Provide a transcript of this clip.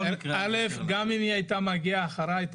גם אם היא היתה מגיעה אחריי,